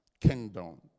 kingdom